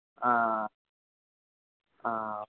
ആ ആ